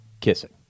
kissing